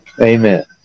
Amen